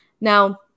Now